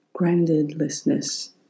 Groundedlessness